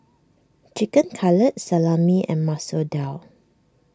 Chicken Cutlet Salami and Masoor Dal